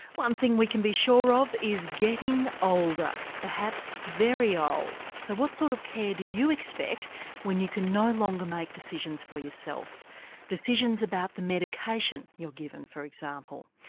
one thing we can be sure of is getting older, perhaps very old. so what sort of care do you expect when you can no longer make decisions for yourself decisions about the medication you're given, for example?